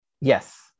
Yes